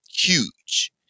huge